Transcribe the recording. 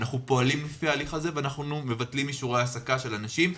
אנחנו פועלים לפי ההליך הזה ואנחנו מבטלים אישורי העסקה של אנשים.